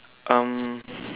um